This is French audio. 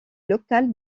local